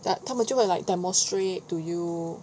but 他们就会 like demonstrate to you